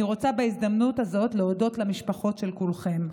אני רוצה בהזדמנות הזאת להודות למשפחות של כולכם.